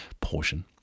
portion